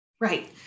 Right